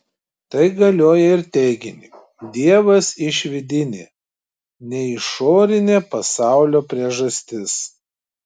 tai galioją ir teiginiui dievas išvidinė ne išorinė pasaulio priežastis